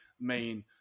main